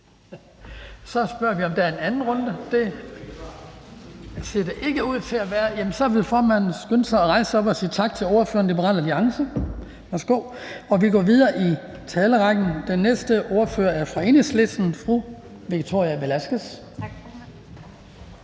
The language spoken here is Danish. Så spørger vi, om der er endnu en runde. Det ser der ikke ud til at være, og så vil formanden skynde sig at rejse op sig op og sige tak til ordføreren for Liberal Alliance. Så går vi videre i talerækken, og den næste ordfører er fra Enhedslisten, og det er fru Victoria Velasquez. Kl.